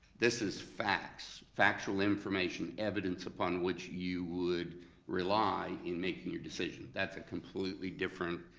this is facts, factual information, evidence upon which you would rely in making your decision, that's a completely different,